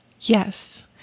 Yes